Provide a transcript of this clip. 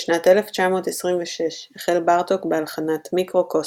בשנת 1926 החל בארטוק בהלחנת "מיקרוקוסמוס",